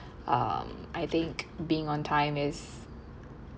um I think being on time is